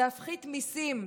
להפחית מיסים,